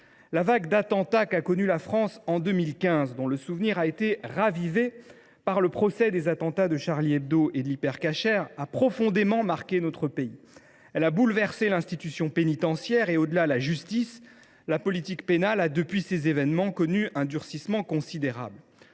La vague d’attentats qu’a connue la France en 2015, dont le souvenir a été ravivé par le procès des attentats de Charlie Hebdo et de l’Hyper Cacher, a profondément marqué notre pays. Elle a bouleversé l’institution pénitentiaire et, au delà, la justice. Depuis ces événements, la politique pénale a connu un durcissement considérable.